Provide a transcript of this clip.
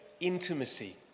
intimacy